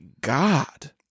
god